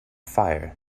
fire